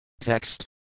Text